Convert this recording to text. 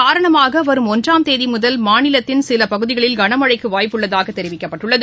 காரணமாகவரும் ஒன்றாம் தேதிமுதல் மாநிலத்தின் சிலபகுதிகளில் கனமழைக்குவாய்ப்பு இதன் உள்ளதாகதெரிவிக்கப்பட்டுள்ளது